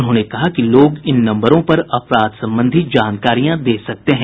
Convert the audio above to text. उन्होंने कहा कि लोग इन नम्बरों पर अपराध संबंधी जानकारियां दे सकते हैं